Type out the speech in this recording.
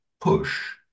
push